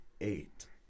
eight